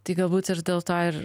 tai galbūt ir dėl to ir